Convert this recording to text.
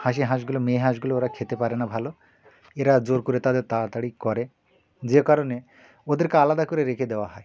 হাঁসি হাঁসগুলো মেয়ে হাঁসগুলো ওরা খেতে পারে না ভালো এরা জোর করে তাদের তাড়াতাড়ি করে যে কারণে ওদেরকে আলাদা করে রেখে দেওয়া হয়